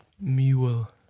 Mule